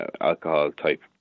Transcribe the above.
alcohol-type